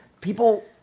people